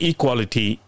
Equality